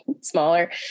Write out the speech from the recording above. smaller